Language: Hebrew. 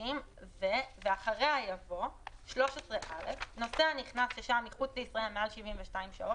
ו-"; ואחריה יבוא: "(13א) נוסע נכנס ששהה מחוץ לישראל מעל 72 שעות,